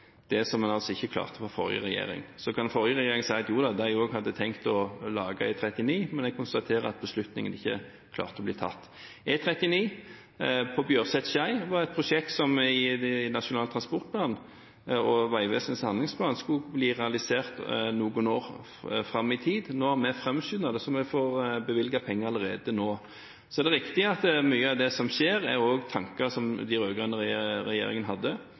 altså ikke klarte å gjøre i den forrige regjeringen. Så kan den forrige regjeringen si at de også hadde tenkt å bygge ny E39, men jeg konstaterer at de ikke klarte å ta beslutningen. E39 Bjørset–Skei var et prosjekt som i Nasjonal transportplan og i Vegvesenets handlingsplan skulle bli realisert noen år fram i tid. Nå har vi framskyndet det, og vi har bevilget penger allerede nå. Det er riktig at mye av det som skjer, er tanker som også den rød-grønne regjeringen hadde,